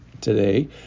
today